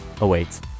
awaits